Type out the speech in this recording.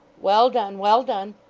well done, well done